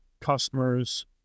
customers